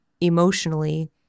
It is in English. emotionally